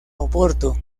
oporto